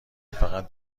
فقط